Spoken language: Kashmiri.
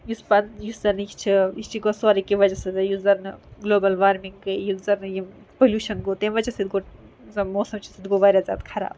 یُس پَن یُس زَن یہِ چھِ یہِ چھِ گوو سورُے کیمہِ وجہ سۭتۍ یُس زَنہٕ گلوبَل وارمِنٛگ گٔے یُس زَنہٕ پلوٗشَن گوٚو تمہِ وجہ سۭتۍ گوٚوَ زن موسَم چھُ سُہ تہِ گوٚو واریاہ زیادٕ خراب